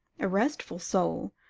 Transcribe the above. a restful soul,